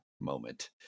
moment